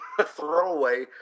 throwaway